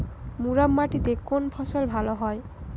মুরাম মাটিতে কোন ফসল ভালো হয়?